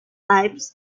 types